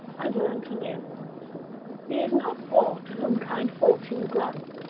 and learn to live. he is not poor to whom kind fortune grants,